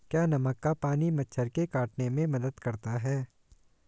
क्या नमक का पानी मच्छर के काटने में मदद करता है?